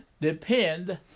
depend